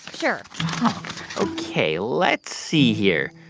sure ok, let's see here.